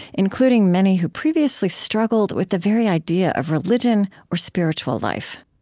including many who previously struggled with the very idea of religion or spiritual life